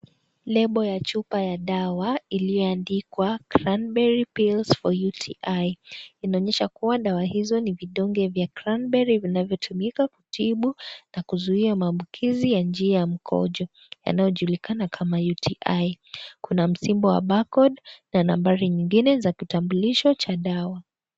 Lebo ya chupa ya dawa iliyoandikwa cranberry pills for U T I inaonyesha kuwa dawa hizo ni vidonge vya cranberry vinavyotumika kutibu na kuzuia mambukizi ya njia ya mkojo yanayojulikana kama U T I . Kuna msimbo wa bar code na nambari nyingine za kitambulisho cha dawa .